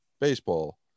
baseball